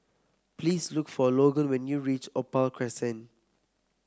please look for Logan when you reach Opal Crescent